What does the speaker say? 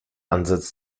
ansatz